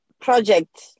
project